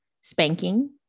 spanking